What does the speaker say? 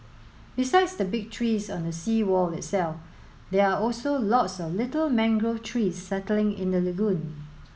besides the big trees on the seawall itself there are also lots of little mangrove trees settling in the lagoon